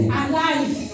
alive